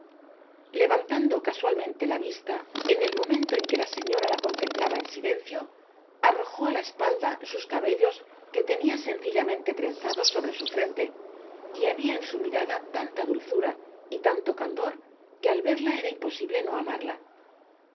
años levantando casual mente la vista en el momento en que la señora la contemplaba en silencio arrojo á la espalda sus cabellos que tenia sencillamente trenzados sobre su frente y habia en su mirada tanta dulzura y tuto candor que al verla era imposible no amarla